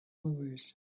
moors